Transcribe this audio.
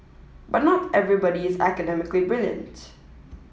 but not everybody is academically brilliant